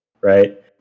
right